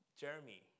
Jeremy